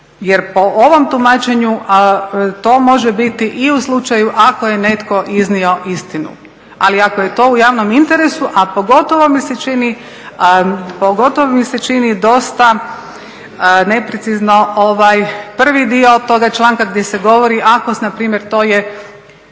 jer po ovom tumačenju to može biti i u slučaju ako je netko iznio istinu. Ali ako je to u javnom interesu, a pogotovo mi se čini dosta neprecizno prvi dio toga članka gdje se govori ako se na primjer, to je